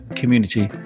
community